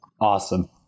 Awesome